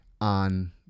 on